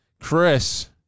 Chris